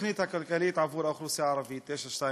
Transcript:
התוכנית הכלכלית עבור האוכלוסייה הערבית, 922: